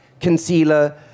concealer